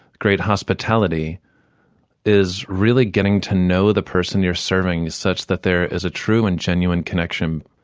great hospitality is really getting to know the person you're serving such that there is a true and genuine connection,